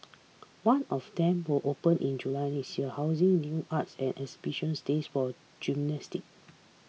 one of them will open in July next year housing new arts and exhibition states for a gymnasium